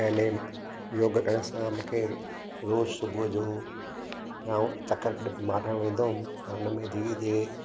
पहिले योग योग करण सां मूंखे रोज़ु सुबुह जो राउ चकर मारण वेंदो हुअमि ऐं हुन में धीरे धीरे